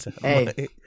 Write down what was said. Hey